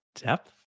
depth